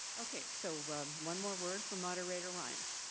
okay. so one more word from moderator ryan.